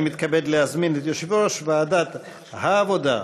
אני מתכבד להזמין את יושב-ראש ועדת העבודה,